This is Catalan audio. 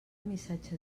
missatge